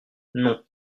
non